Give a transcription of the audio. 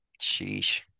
sheesh